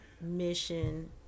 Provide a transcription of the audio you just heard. mission